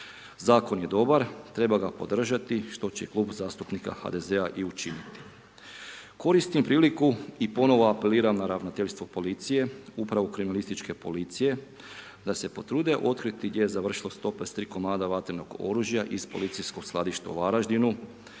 Zakon je dobar. Treba ga podržati što će Klub zastupnika HDZ-a i učiniti. Koristim priliku i ponovo apeliram na Ravnateljstvo policije upravo kriminalističke policije da se potrude otkriti gdje je završilo 153 komada vatrenog oružja iz policijskog skladišta u Varaždinu